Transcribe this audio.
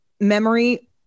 memory